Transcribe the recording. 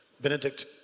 Benedict